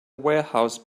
warehouse